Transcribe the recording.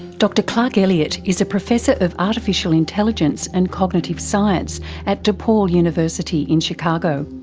dr clark elliott is a professor of artificial intelligence and cognitive science at de paul university in chicago.